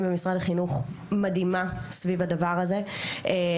במשרד החינוך סביב הדבר הזה היא מדהימה,